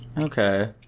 Okay